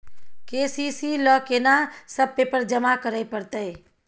KCC ल केना सब पेपर जमा करै परतै?